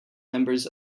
members